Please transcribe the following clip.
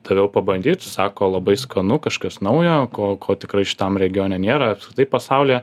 daviau pabandyt sako labai skanu kažkas naujo ko ko tikrai šitam regione nėra apskritai pasaulyje